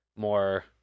more